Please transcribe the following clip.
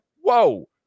Whoa